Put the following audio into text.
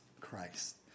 Christ